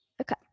Okay